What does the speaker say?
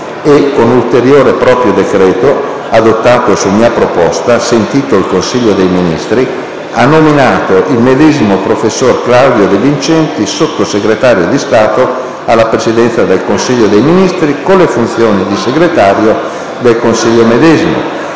e, con ulteriore proprio decreto, adottato su mia proposta, sentito il Consiglio dei Ministri, ha nominato il medesimo prof. Claudio DE VINCENTI Sottosegretario di Stato alla Presidenza del Consiglio dei Ministri, con le funzioni di Segretario del Consiglio medesimo,